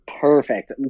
Perfect